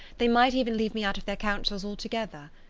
they might even leave me out of their counsels altogether.